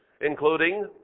including